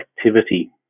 activity